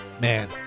Man